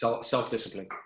Self-discipline